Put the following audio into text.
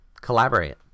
collaborate